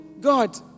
God